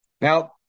Now